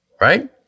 Right